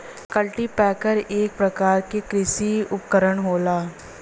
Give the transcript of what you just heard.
cultipacker एक परकार के कृषि उपकरन होला